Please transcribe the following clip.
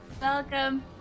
Welcome